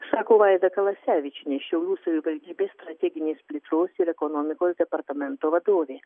sako vaida kalasevičienė šiaulių savivaldybės strateginės plėtros ir ekonomikos departamento vadovė